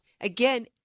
Again